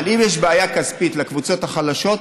אם יש בעיה כספית לקבוצות החלשות,